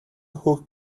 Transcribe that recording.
who